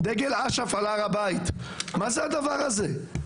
דגל אש"ף על הר הבית, מה זה הדבר הזה?